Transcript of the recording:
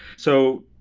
so,